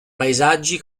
paesaggi